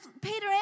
Peter